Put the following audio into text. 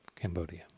Cambodia